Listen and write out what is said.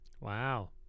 Wow